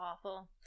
awful